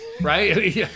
Right